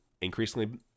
increasingly